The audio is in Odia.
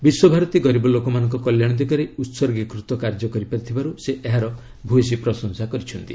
ବିଶ୍ୱଭାରତୀ ଗରିବ ଲୋକମାନଙ୍କ କଲ୍ୟାଣ ଦିଗରେ ଉହର୍ଗୀକୃତ କାର୍ଯ୍ୟ କରି ପାରିଥିବାରୁ ସେ ଏହାର ଭୟସୀ ପ୍ରଶଂସା କରିଛନ୍ତି